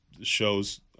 shows